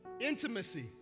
Intimacy